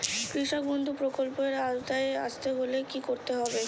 কৃষকবন্ধু প্রকল্প এর আওতায় আসতে হলে কি করতে হবে?